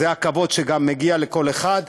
זה הכבוד שגם מגיע לכל אחד,